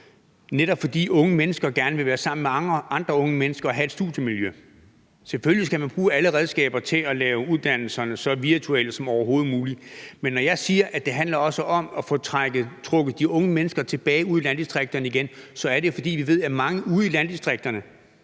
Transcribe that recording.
netop fordi unge mennesker gerne vil være sammen med andre unge mennesker og have et studiemiljø. Selvfølgelig skal man bruge alle redskaber til at lave uddannelserne så virtuelle som overhovedet muligt, men når jeg siger, at det også handler om at få trukket de unge mennesker tilbage og ud i landdistrikterne igen, så er det, fordi vi ved, at mange ude i landdistrikterne